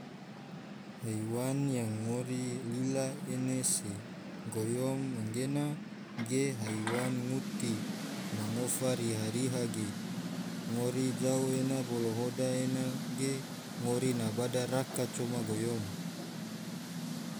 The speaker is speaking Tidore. Haiwan yang ngori lila ene se goyom gena ge haiwan nguti ma ngofa riha-riha ge, ngori jau ena bolo hoda ena ge ngori na bada raka coma goyom.